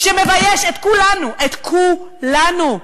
שמבייש את כולנו, את כולנו.